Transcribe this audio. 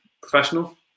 professional